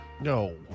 No